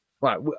right